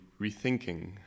rethinking